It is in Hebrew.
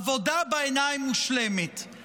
עבודה מושלמת בעיניים.